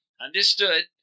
Understood